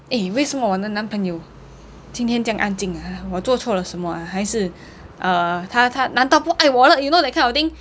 eh 为什么我的男朋友今天酱安静的啊我是不是做错了什么啊还是 uh 他他难道不爱我了 you know that kind of thing